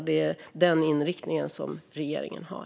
Det är den inriktningen regeringen har.